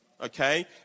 Okay